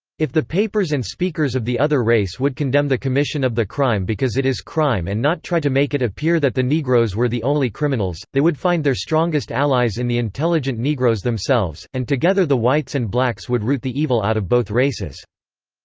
if the papers and speakers of the other race would condemn the commission of the crime because it is crime and not try to make it appear that the negroes were the only criminals, they would find their strongest allies in the intelligent negroes themselves and together the whites and blacks would root the evil out of both races.